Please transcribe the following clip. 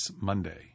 Monday